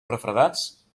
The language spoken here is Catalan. refredats